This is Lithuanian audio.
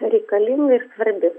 reikalinga ir svarbi